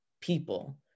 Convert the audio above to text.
people